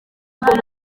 hari